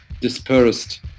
dispersed